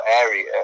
area